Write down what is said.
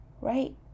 right